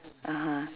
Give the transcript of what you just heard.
(uh huh)